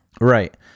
Right